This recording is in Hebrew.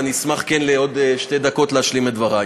ואני אשמח עוד לשתי דקות להשלים את דברי.